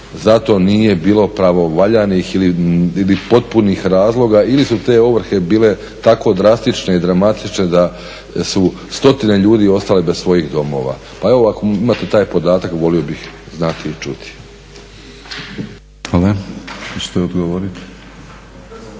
za to nije bilo pravovaljanih ili potpunih razloga, ili su te ovrhe bile tako drastične i dramatične da su stotine ljudi ostale bez svojih doma. Pa evo ako imate taj podatak volio bih znati i čuti. **Batinić, Milorad